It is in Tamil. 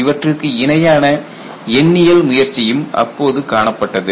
இவற்றிற்கு இணையான எண்ணியல் முயற்சியும் அப்போது காணப்பட்டது